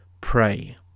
pray